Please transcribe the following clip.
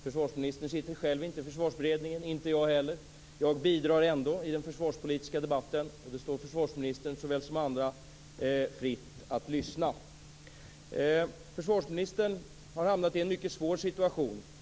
Försvarsministern sitter själv inte i Försvarsberedningen, inte jag heller. Jag bidrar ändå i den försvarspolitiska debatten, och det står försvarsministern såväl som andra fritt att lyssna. Försvarsministern har hamnat i en mycket svår situation.